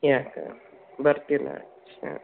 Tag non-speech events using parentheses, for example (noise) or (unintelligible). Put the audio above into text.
ಯಾಕೆ ಬರ್ತಿವಿ (unintelligible) ಹಾಂ